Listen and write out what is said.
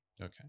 Okay